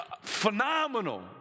Phenomenal